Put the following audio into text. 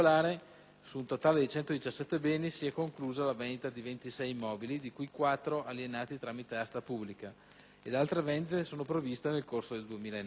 su un totale di 117 beni si è conclusa la vendita di 26 immobili, di cui 4 alienati tramite asta pubblica ed altre vendite sono previste nel corso del 2009.